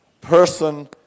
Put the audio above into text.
person